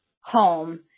home